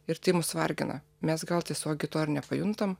ir tai mus vargina mes gal tiesiogiai to ir nepajuntam